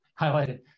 highlighted